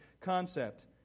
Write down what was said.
concept